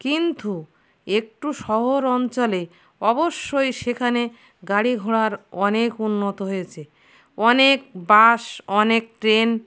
কিন্তু একটু শহর অঞ্চলে অবশ্যই সেখানে গাড়িঘোড়ার অনেক উন্নতি হয়েছে অনেক বাস অনেক ট্রেন